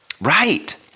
Right